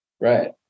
Right